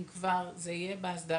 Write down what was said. האם זה כבר יהיה בהסדרה,